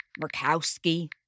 Murkowski